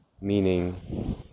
meaning